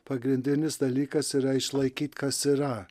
pagrindinis dalykas yra išlaikyt kas yra